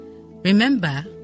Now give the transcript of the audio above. Remember